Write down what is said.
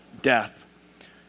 death